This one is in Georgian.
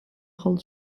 ხოლო